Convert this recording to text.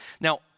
Now